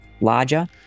larger